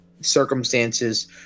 circumstances